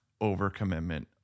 overcommitment